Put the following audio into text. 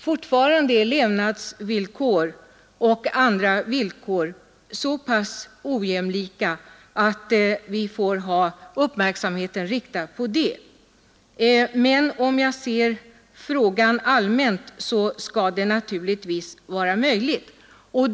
Fortfarande är levnadsvillkor och andra villkor så pass ojämna och olika, att vi får ha vår uppmärksamhet riktad på dem. Men om jag ser frågan rent allmänt, skall det naturligtvis vara möjligt att uppnå enprocentsmålet.